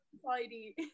society